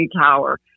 tower